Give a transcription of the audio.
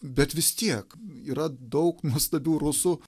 bet vis tiek yra daug nuostabių rusų